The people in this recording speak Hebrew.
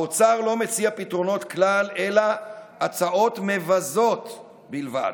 האוצר לא מציע פתרונות כלל אלא הצעות מבזות בלבד.